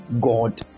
God